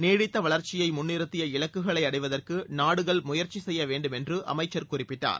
நீடித்த வளர்ச்சியை முன்னிறத்திய இலக்குகளை அடைவதற்கு நாடுகள் முயற்சி செய்ய வேண்டும் என்று அமைச்சர் குறிப்பிட்டார்